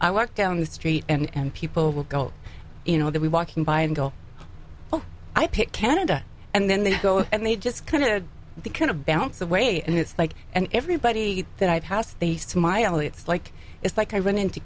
i walk down the street and people will go you know that we walking by and go oh i pick canada and then they go and they just kind of the kind of bounce away and it's like and everybody that i pass they smile it's like it's like i run into